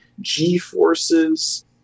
g-forces